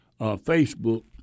Facebook